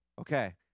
Okay